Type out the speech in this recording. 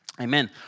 Amen